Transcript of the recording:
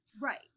right